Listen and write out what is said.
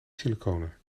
silicone